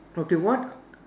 okay what